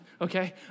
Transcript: okay